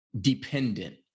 dependent